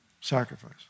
sacrifice